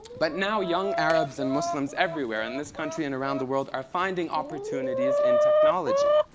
but now young arabs and muslims everywhere in this country and around the world are finding opportunities in technology.